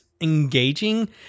engaging